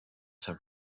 san